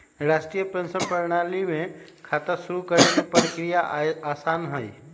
राष्ट्रीय पेंशन प्रणाली में खाता शुरू करे के प्रक्रिया आसान हई